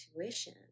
intuition